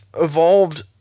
evolved